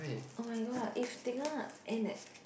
oh-my-god if they gonna end at